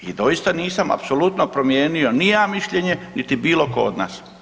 I doista nisam apsolutno promijenio ni ja mišljenje niti bilo ko od nas.